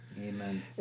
Amen